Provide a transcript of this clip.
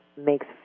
makes